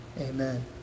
amen